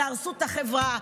תהרסו את החברה,